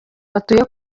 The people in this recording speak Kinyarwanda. batuye